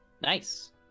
Nice